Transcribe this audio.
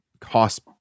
cost